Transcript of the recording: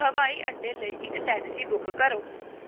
ਹਵਾਈ ਅੱਡੇ ਲਈ ਇੱਕ ਟੈਕਸੀ ਬੁੱਕ ਕਰੋ